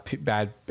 bad